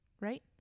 right